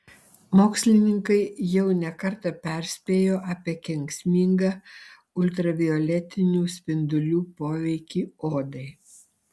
mokslininkai jau ne kartą perspėjo apie kenksmingą ultravioletinių spindulių poveikį odai